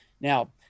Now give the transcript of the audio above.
now